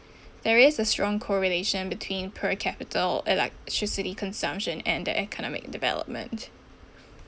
there is a strong correlation between per capital electricity consumption and the economic development